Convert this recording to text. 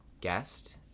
guest